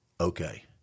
okay